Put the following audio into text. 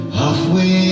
halfway